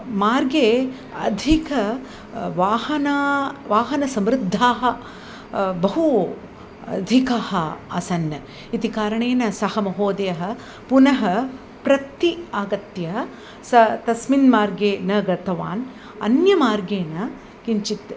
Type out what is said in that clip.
मार्गे अधिकाः वाहन वाहनसमृद्धाः बहु अधिकः आसन् इति कारणेन सः महोदयः पुनः प्रति आगत्य सः तस्मिन् मार्गे न गतवान् अन्य मार्गेण किञ्चित्